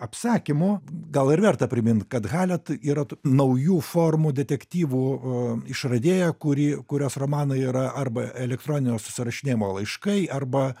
apsakymu gal ir verta primint kad halet yra naujų formų detektyvų a išradėja kuri kurios romanai yra arba elektroninio susirašinėjimo laiškai arba